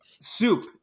soup